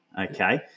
okay